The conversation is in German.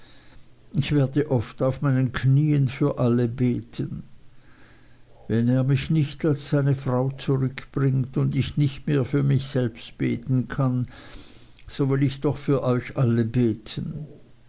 ich werde oft auf meinen knieen für alle beten wenn er mich nicht als seine frau zurückbringt und ich nicht mehr für mich selbst beten kann so will ich doch für euch alle beten